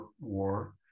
war